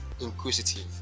inquisitive